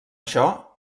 això